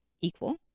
equal